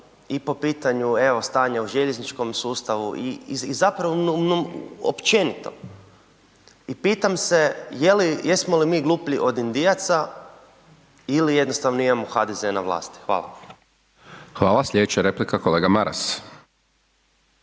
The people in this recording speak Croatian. i po pitanju evo stanja u željezničkom sustava i zapravo općenito i pitam se jesmo li mi gluplji od Indijaca ili jednostavno imamo HDZ na vlasti. Hvala. **Hajdaš Dončić, Siniša (SDP)** Hvala.